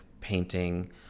painting